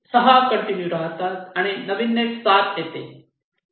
6 continue राहतात आणि नवीन नेट 7 येते